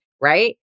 Right